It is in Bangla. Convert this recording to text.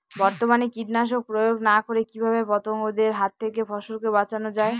বর্তমানে কীটনাশক প্রয়োগ না করে কিভাবে পতঙ্গদের হাত থেকে ফসলকে বাঁচানো যায়?